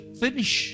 finish